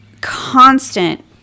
constant